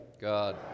God